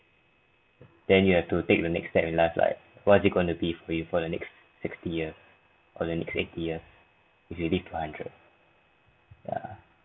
then you have to take the next step in life like what is it going to be for you for the next sixty years or the next eighty years if you live to hundred ya